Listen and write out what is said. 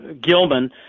Gilman